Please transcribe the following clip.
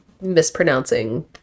mispronouncing